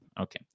Okay